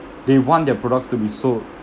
they want their products to be sold